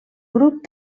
grup